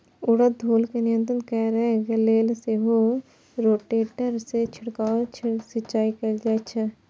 उड़ैत धूल कें नियंत्रित करै लेल सेहो रोटेटर सं छिड़काव सिंचाइ कैल जाइ छै